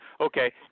Okay